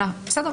בסדר.